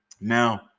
Now